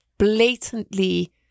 Blatantly